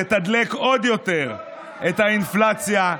תתדלק עוד יותר את האינפלציה,